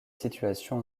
situation